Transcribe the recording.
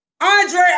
Andre